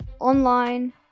online